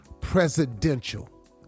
presidential